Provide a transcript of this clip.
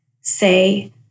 say